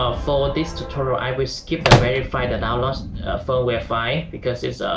um for this tutorial i will skip ah verify the downloaded firmware file because it's